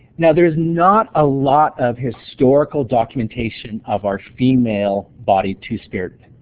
now, there is not a lot of historical documentation of our female-bodied two-spirit